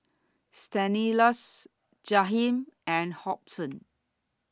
Stanislaus Jahiem and Hobson